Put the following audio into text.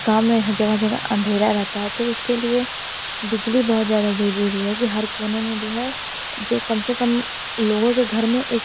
गाँव में हर जगह जगह अंधेरा रहता है तो उसके लिए बिजली बहुतज़्यादा ज़रूरी है कि हर कोने में जो है जो कम से कम लोगों के घर में एक